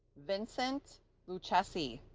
vincent lucchese